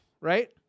right